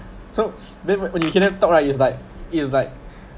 so then when you hear them talk right is like is like